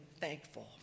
thankful